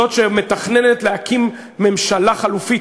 זאת שמתכננת להקים ממשלה חלופית,